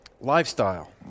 lifestyle